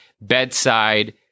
bedside